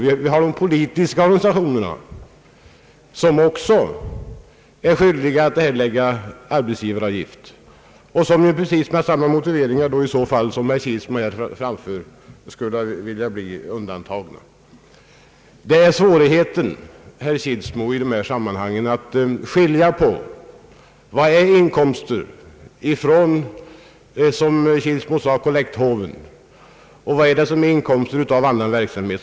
Men dessutom har vi de politiska organisationerna, som också är skyldiga att erlägga arbetsgivaravgift och som ju med precis samma motivering som den som herr Kilsmo här framför skulle kunna bli undantagna. Svårigheten här, herr Kilsmo, är att kunna skilja på vad som är inkomst som man får, som herr Kilsmo sade, via kollekthåven och vad som är inkomst av annan verksamhet.